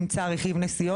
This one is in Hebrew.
משהו כמו